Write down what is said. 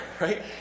right